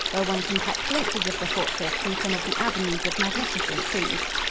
where one can catch glimpses of the fortress through some of the avenues of magnificent trees.